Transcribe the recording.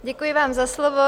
Děkuji vám za slovo.